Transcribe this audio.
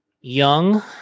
Young